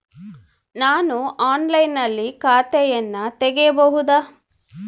ನಾನು ಆನ್ಲೈನಿನಲ್ಲಿ ಖಾತೆಯನ್ನ ತೆಗೆಯಬಹುದಾ?